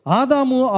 adamu